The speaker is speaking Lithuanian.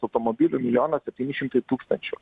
automobilių milijonas septyni šimtai tūkstančių